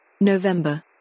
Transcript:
November